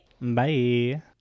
bye